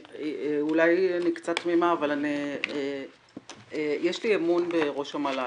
אולי אני קצת תמימה אבל יש לי אמון בראש המל"ל.